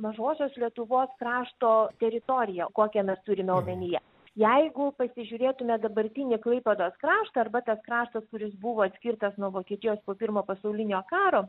mažosios lietuvos krašto teritoriją kokią mes turime omenyje jeigu pasižiūrėtume dabartinį klaipėdos kraštą arba tas kraštas kuris buvo atskirtas nuo vokietijos po pirmo pasaulinio karo